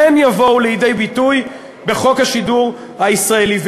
כן יבואו לידי ביטוי בחוק השידור הישראלי.